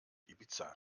ibiza